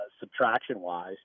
subtraction-wise